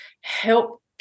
help